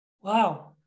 wow